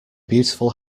beautiful